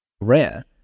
rare